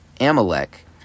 Amalek